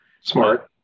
smart